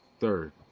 third